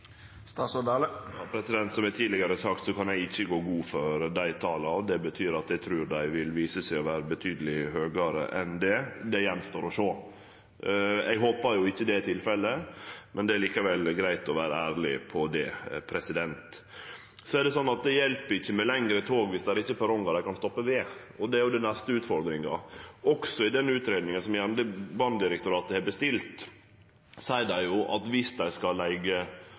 Som eg tidlegare har sagt, kan eg ikkje gå god for dei tala. Det betyr at eg trur dei vil vise seg å vere betydeleg høgare enn det. Det står att å sjå. Eg håpar ikkje det er tilfellet, men det er likevel greitt å vere ærleg om det. Så hjelper det ikkje med lengre tog dersom det ikkje er perrongar dei kan stoppe ved. Det er den neste utfordringa. Også i den utgreiinga som Jernbanedirektoratet har bestilt, seier dei at dersom dei skal leige